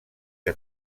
que